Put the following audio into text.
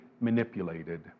manipulated